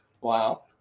Wow